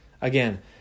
Again